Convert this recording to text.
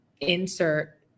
insert